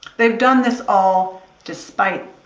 they've done this all despite.